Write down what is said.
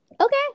Okay